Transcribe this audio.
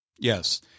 Yes